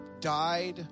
died